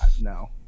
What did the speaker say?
No